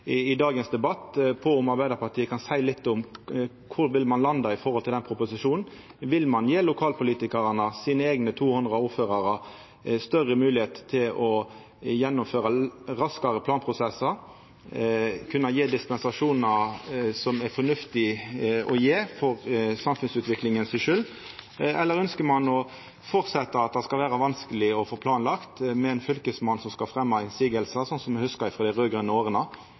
I dagens debatt vil eg gjerne utfordra Arbeidarpartiet på om dei kan seia litt om kvar ein vil landa når det gjeld den proposisjonen. Vil ein gje lokalpolitikarane, sine eigne 200 ordførarar, større moglegheit til å gjennomføra raskare planprosessar og kunna gje dispensasjonar som er fornuftige å gje for samfunnsutviklinga si skuld, eller ønskjer ein at det framleis skal vera vanskeleg å få planlagt – med ein fylkesmann som skal fremja motsegner, slik ein hugsar det frå dei raud-grøne åra?